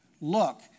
look